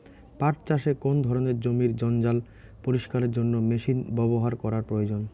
পাট চাষে কোন ধরনের জমির জঞ্জাল পরিষ্কারের জন্য মেশিন ব্যবহার করা প্রয়োজন?